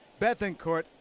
Bethencourt